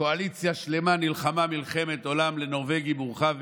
קואליציה שלמה נלחמה מלחמת עולם לנורבגי מורחב,